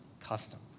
custom